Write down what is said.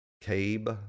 Cabe